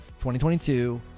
2022